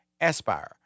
Aspire